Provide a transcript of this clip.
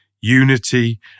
Unity